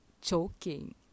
choking